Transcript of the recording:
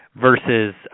versus